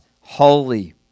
holy